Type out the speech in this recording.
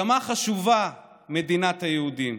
כמה חשובה מדינת היהודים.